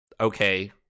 okay